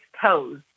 Toes